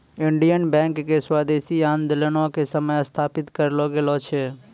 Indian bank के स्वदेशी आन्दोलनो के समय स्थापित करलो गेलो छै